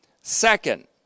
second